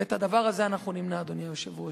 ואת הדבר הזה אנחנו נמנע, אדוני היושב-ראש.